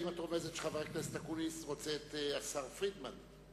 האם את רומזת שחבר הכנסת אקוניס רוצה את השר פרידמן?